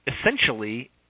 essentially